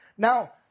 Now